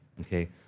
Okay